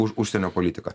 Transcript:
už užsienio politiką